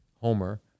Homer